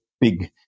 big